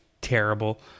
terrible